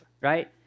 right